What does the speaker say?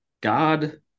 God